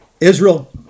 Israel